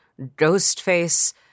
Ghostface